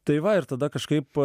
tai va ir tada kažkaip